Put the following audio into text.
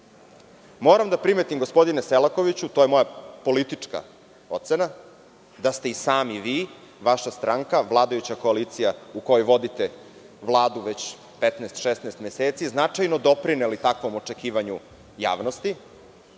da primetim, gospodine Selakoviću, to je moja politička ocena, da ste i sami vi, vaša stranka, vladajuća koalicija u kojoj vodite Vladu već 15, 16 meseci, značajno doprineli takvom očekivanju javnosti,